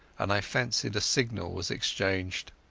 and i fancied a signal was exchanged.